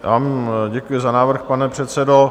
Já vám děkuji za návrh, pane předsedo.